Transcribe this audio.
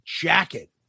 jacket